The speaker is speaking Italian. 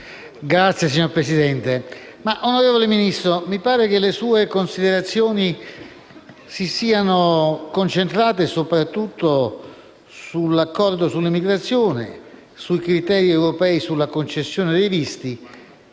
nuova finestra") *(CoR)*. Onorevole Ministro, mi pare che le sue considerazioni si siano concentrate soprattutto sull'accordo sull'immigrazione, sui criteri europei per la concessione dei visti